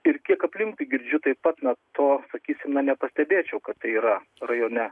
ir kiek aplink girdžiu taip pat na to sakysim nepastebėčiau kad tai yra rajone